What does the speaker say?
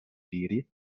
diri